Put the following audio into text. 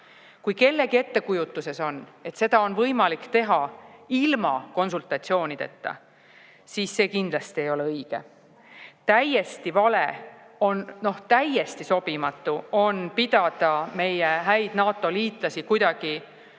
Kui kellegi ettekujutuses on, et seda on võimalik teha ilma konsultatsioonideta, siis see kindlasti ei ole õige. Täiesti vale, täiesti sobimatu on pidada meie häid NATO-liitlasi kuidagi